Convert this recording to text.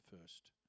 first